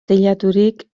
teilaturik